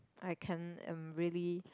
I can't I'm really